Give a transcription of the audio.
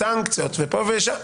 וסנקציות, ופה ושם,